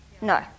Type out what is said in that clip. No